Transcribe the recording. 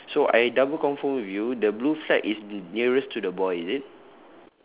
ya so I double confirm with you the blue flag is nearest to the boy is it